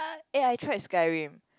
eh I tried Skyrim